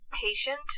Patient